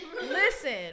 Listen